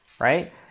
Right